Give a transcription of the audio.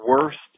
worst